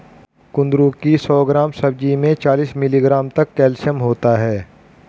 कुंदरू की सौ ग्राम सब्जी में चालीस मिलीग्राम तक कैल्शियम होता है